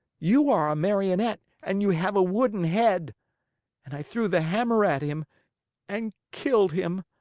you are a marionette and you have a wooden head and i threw the hammer at him and killed him.